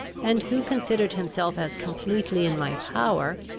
and who considered himself as completely in my power,